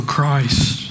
Christ